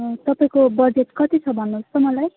तपाईँको बजेट कति छ भन्नु होस् त मलाई